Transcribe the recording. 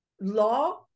law